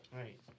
Right